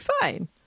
fine